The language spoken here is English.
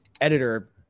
editor